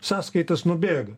sąskaitas nubėga